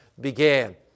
began